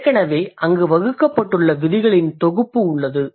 ஏற்கனவே அங்கு வகுக்கப்பட்டுள்ள விதிகளின் தொகுப்பு உள்ளது